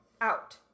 out